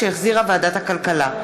שהחזירה ועדת הכלכלה.